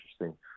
interesting